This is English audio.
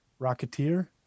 Rocketeer